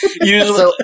Usually